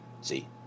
see